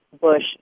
Bush